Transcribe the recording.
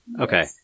Okay